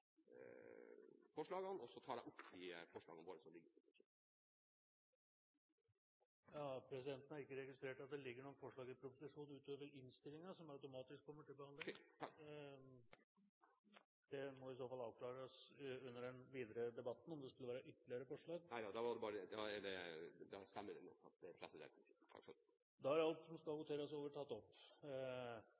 forslagene. Jeg tar opp de forslagene våre som ligger i proposisjonen. Presidenten har ikke registrert at det ligger noen forslag i proposisjonen, utover innstillingens, som automatisk kommer til behandling. Det må i så fall avklares under den videre debatten om det skulle vært ytterligere forslag. Da stemmer nok det presidenten sier. Da er alt som det skal voteres over, tatt opp. Det blir åpnet for replikkordskifte. Høyre mener i sin merknad at forslagene om å opprette fjordfiskenemnd ikke er godt nok begrunnet, målt opp